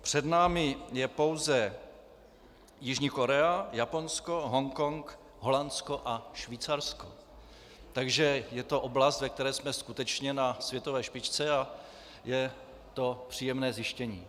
Před námi je pouze Jižní Korea, Japonsko, Hongkong, Holandsko a Švýcarsko, takže je to oblast, ve které jsme skutečně na světové špičce, a je to příjemné zjištění.